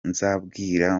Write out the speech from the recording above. nzababwira